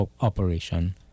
operation